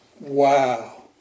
Wow